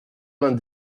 vingt